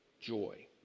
joy